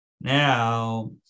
Now